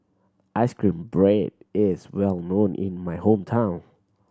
ice cream bread is well known in my hometown